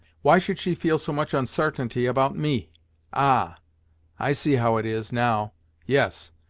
whey should she feel so much unsartainty about me ah i see how it is, now yes,